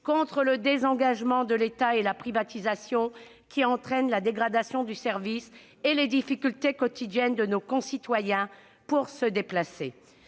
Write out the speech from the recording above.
contre le désengagement de l'État et la privatisation qui entraînent la dégradation de ceux-ci et les difficultés quotidiennes rencontrées par nos concitoyens pour se déplacer.